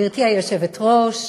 גברתי היושבת-ראש,